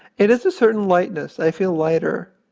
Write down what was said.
it is a certain lightness. i feel lighter.